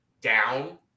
down